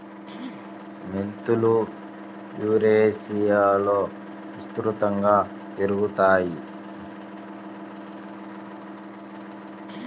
మెంతులు యురేషియాలో విస్తృతంగా పెరుగుతాయి